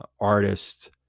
artist's